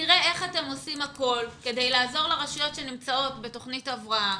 ותראה איך אתם עושים הכול כדי לעזור לרשויות שנמצאות בתוכנית הבראה,